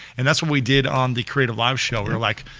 and that's what we did on the creativelive show, we were like,